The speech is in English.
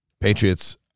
Patriots